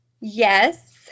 Yes